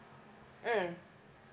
mm